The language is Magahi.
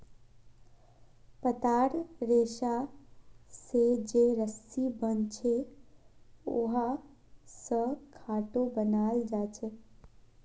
पत्तार रेशा स जे रस्सी बनछेक वहा स खाटो बनाल जाछेक